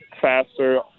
faster